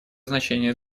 значение